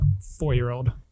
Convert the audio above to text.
four-year-old